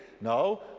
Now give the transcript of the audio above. no